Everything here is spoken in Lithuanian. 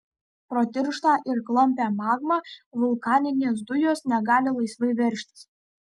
pro tirštą ir klampią magmą vulkaninės dujos negali laisvai veržtis